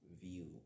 view